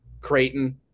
Creighton